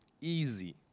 easy